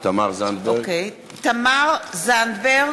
תמר זנדברג.